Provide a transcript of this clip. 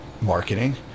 marketing